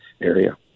area